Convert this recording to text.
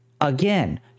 again